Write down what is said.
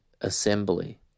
assembly